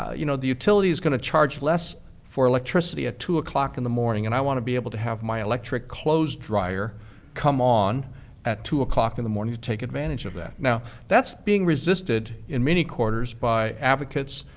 you know, the utility is going to charge less for electricity at two o'clock in the morning and i want to be able to have my electric clothes dryer come on at two o'clock in the morning to take advantage of that. now, that's being resisted in many quarters by advocates,